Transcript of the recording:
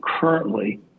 currently